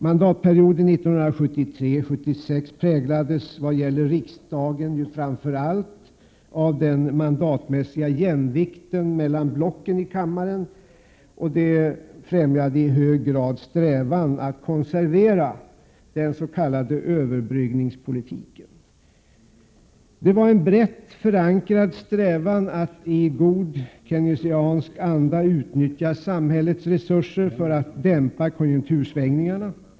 Mandatperioden 1973-1976 präglades vad gäller riksdagen framför allt av den mandatmässiga jämvikten mellan blocken i kammaren, vilket i hög grad främjade strävan att konservera den s.k. överbryggningspolitiken. Det var en brett förankrad strävan att i god keynesiansk anda utnyttja samhällets resurser för att dämpa konjunktursvängningarna.